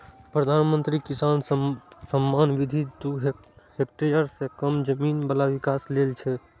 प्रधानमंत्री किसान सम्मान निधि दू हेक्टेयर सं कम जमीन बला किसान लेल छै